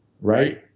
right